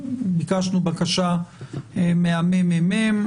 ביקשנו בקשה מהמ.מ.מ,